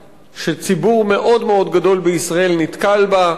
שציבור מאוד מאוד גדול בישראל נתקל בה,